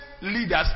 leaders